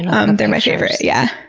um they're my favorite, yeah.